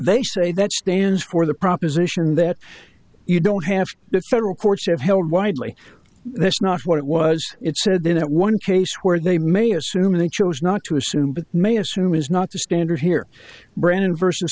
they say that stands for the proposition that you don't have the federal courts have her widely that's not what it was it said then that one case where they may assume they chose not to assume but may assume is not to standard here brandon versus